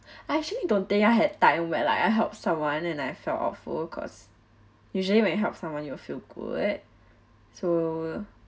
I actually don't think I had time where like I help someone and I felt awful cause usually when you help someone you'll feel good so